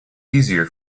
easier